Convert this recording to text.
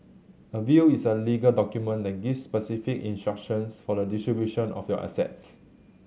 a will is a legal document that gives specific instructions for the distribution of your assets